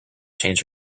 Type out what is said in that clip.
change